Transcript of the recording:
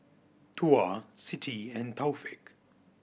Tuah Siti and Taufik